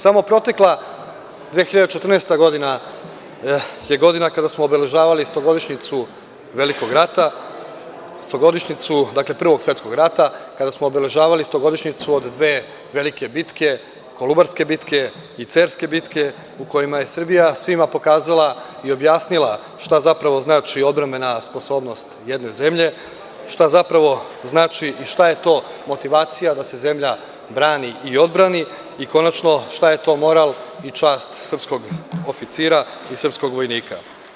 Samo protekla 2014. godina je godina kada smo obeležavali Stogodišnjicu velikog rata, Stogodišnjicu Prvog svetskog rata, kada smo obeležavali stogodišnjicu od dve velike bitke, Kolubarske bitke i Cerske bitke u kojima je Srbija svima pokazala i objasnila šta zapravo znači odbrambena sposobnost jedne zemlje, šta zapravo znači i šta je to motivacija da se zemlja brani i odbrani i konačno, šta je to moral i čast srpskog oficira i srpskog vojnika.